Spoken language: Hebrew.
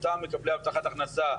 אותם מקבלי הבטחת הכנסה,